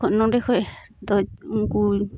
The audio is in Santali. ᱱᱚᱸᱰᱮ ᱠᱷᱚᱱᱫᱚ ᱩᱱᱠᱩ